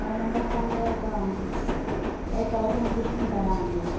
five members అంటే ఒక eight thousand తీసుకుంటారా అండి